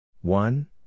One